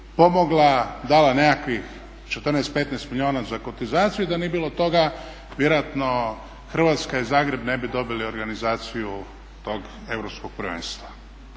pomogla, dala nekakvih 14, 15 milijuna za kotizaciju. I da nije bilo toga vjerojatno Hrvatska i Zagreb ne bi dobili organizaciju tog europskog prvenstva.